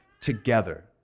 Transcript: together